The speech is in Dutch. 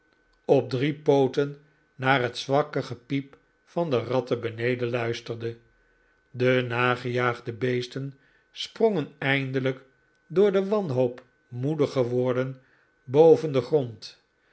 op drie pooten naar het zwakke gepiep van de ratten beneden luisterde de nagejaagde beesten sprongen eindelijk door de wanhoop moedig geworden boven den grond